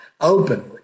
openly